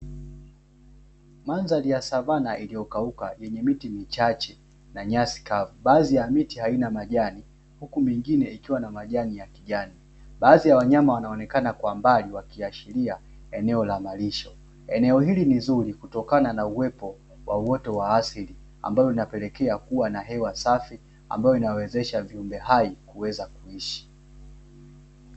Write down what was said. Mandhari ya savana iliyokauka yenye miti michache na nyasi kavu, baadhi ya miti haina majani huku mengine ikiwa na majani ya kijani baadhi ya wanyama wanaonekana kwa mbali wakiashiria eneo la malisho, eneo hili ni nzuri kutokana na uwepo wa uoto wa asili ambayo inapelekea kuwa na hewa safi ambayo inawezesha viumbe hai kuweza kuishi.